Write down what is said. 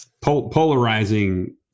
polarizing